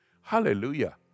Hallelujah